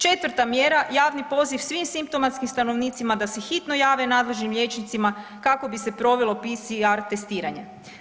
Četvrta mjera, javni poziv svim simptomatskim stanovnicima da se hitno jave nadležnim liječnicima kako bi se provelo PCR testiranje.